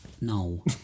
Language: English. No